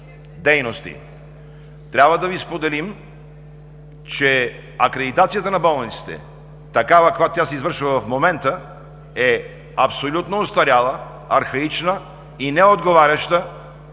дейности. Трябва да Ви споделим, че акредитацията на болниците такава, каквато тя се извършва в момента, е абсолютно остаряла, архаична и неотговаряща